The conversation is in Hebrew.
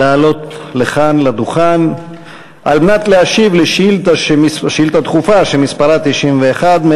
לעלות לכאן לדוכן על מנת להשיב על שאילתה דחופה שמספרה 91,